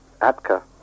Atka